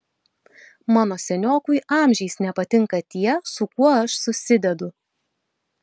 mano seniokui amžiais nepatinka tie su kuo aš susidedu